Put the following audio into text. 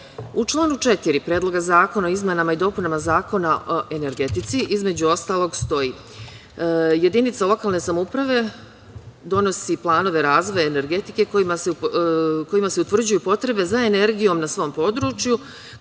članu 4. Predloga zakona o izmenama i dopunama Zakona o energetici, između ostalog stoji - jedinica lokalne samouprave, donosi planove razvoja energetike, kojima se utvrđuju potrebe, za energijom na svom području,